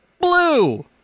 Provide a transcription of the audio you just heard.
blue